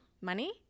Money